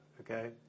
okay